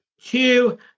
Two